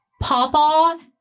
papa